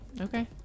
Okay